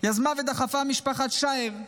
יזמה ודחפה משפחת שער,